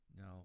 Now